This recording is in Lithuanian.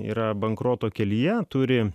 yra bankroto kelyje turi